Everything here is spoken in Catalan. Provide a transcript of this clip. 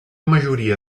majoria